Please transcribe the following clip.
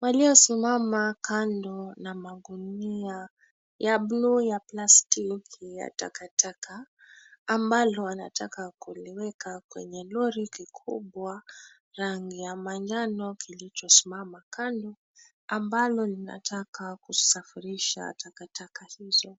waliosimama kando na magunia ya bluu ya plastiki ya takataka, ambalo anataka kuliweka kwenye lori kikubwa, rangi ya manjano kilichosimama kando, ambalo linataka kusafirisha takataka hizo.